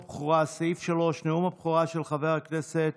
סעיף 3, נאום הבכורה של חבר הכנסת